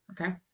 Okay